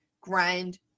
grind